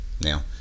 now